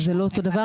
זה לא אותו דבר,